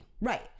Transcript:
Right